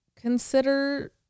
consider